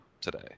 today